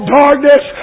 darkness